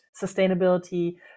sustainability